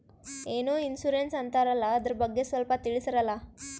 ಏನೋ ಇನ್ಸೂರೆನ್ಸ್ ಅಂತಾರಲ್ಲ, ಅದರ ಬಗ್ಗೆ ಸ್ವಲ್ಪ ತಿಳಿಸರಲಾ?